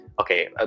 okay